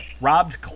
Robbed